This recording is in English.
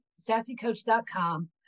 sassycoach.com